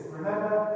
Remember